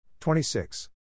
26